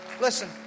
listen